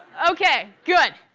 ok, good.